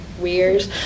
weird